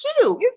cute